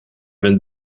wenn